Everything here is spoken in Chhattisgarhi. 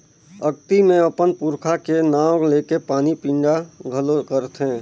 अक्ती मे अपन पूरखा के नांव लेके पानी पिंडा घलो करथे